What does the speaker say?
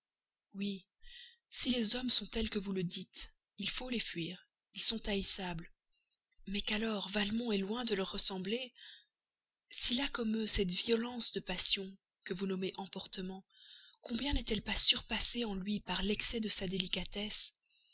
oui si les hommes sont tels que vous le dites il faut les fuir ils sont haïssables mais qu'alors valmont est loin de leur ressembler s'il a comme eux cette violence de passion que vous nommez emportement combien n'est-elle pas surpassée en lui par l'excès de sa délicatesse